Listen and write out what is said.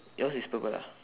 yours is purple ah